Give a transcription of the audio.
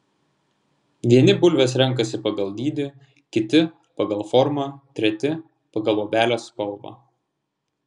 vieni bulves renkasi pagal dydį kiti pagal formą treti pagal luobelės spalvą